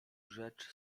rzecz